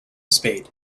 spade